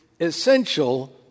essential